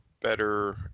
better